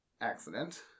accident